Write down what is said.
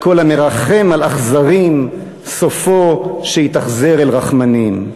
"כל המרחם על אכזרים, סופו שיתאכזר אל רחמנים".